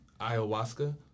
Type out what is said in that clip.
Ayahuasca